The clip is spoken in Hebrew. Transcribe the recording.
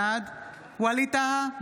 בעד ווליד טאהא,